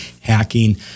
hacking